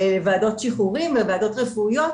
ועדת שחרורים וועדות רפואיות,